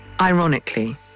Ironically